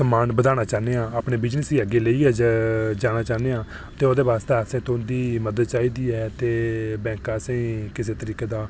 ते समान बधाना चाह्न्ने आं ते अपने बिज़नेस गी अग्गें लेइयै जाना चाह्न्ने आं ते ओह्देआ स्तै असें तुंदी मदद चाहिदी ऐ ते बैंक असेंगी किसै तरीकै दा